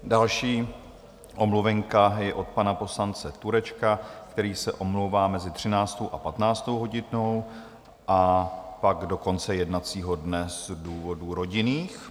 Další omluvenka je od pana poslance Turečka, který se omlouvá mezi 13. a 15. hodinou a pak do konce jednacího dne z důvodů rodinných.